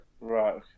Right